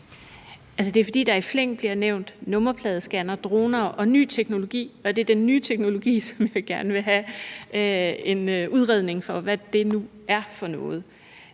det er, fordi der i flæng bliver nævnt nummerpladescannere, droner og ny teknologi, og det er den nye teknologi, som vi gerne vil have en udredning af hvad er for noget.